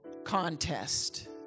Contest